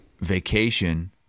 vacation